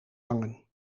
hangen